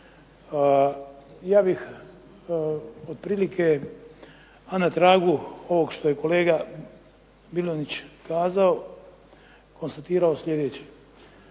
Ja bih otprilike a na tragu ovog što je kolega Bilonjić kazao konstatirao sljedeće.